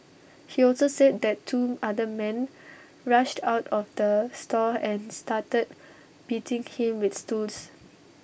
he also said that two other men rushed out of the store and started beating him with stools